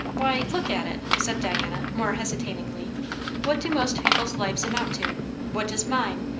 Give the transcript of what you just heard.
why, look at it, said diana, more hesitatingly what do most people's lives amount to what does mine?